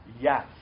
yes